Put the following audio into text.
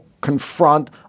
confront